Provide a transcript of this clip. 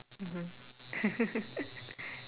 mmhmm